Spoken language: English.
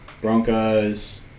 Broncos